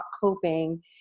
coping